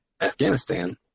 Afghanistan